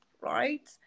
right